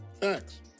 Thanks